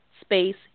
space